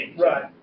Right